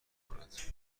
کند